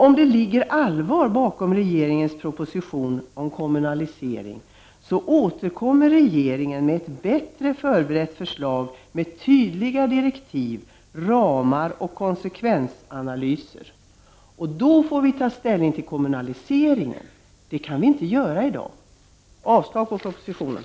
Om det ligger allvar bakom regeringens proposition om kommunalisering, återkommer regeringen med ett bättre förberett förslag med tydliga direktiv, ramar och konsekvensanalyser. Då får vi ta ställning till kommunaliseringen. Det kan vi inte göra i dag. Avslag på propositionen!